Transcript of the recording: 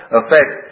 affect